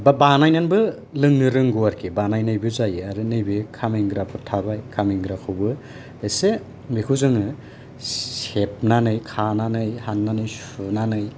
बानायनानै लोंनो रोंगौ आरोखि बानायनायबो जायो नैबे खामब्रेंगाफोर थाबाय खामब्रेंगाखौबो एसे खौ जोङो सेबनानै खानानै हाननानै सुनानै